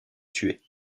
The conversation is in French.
tués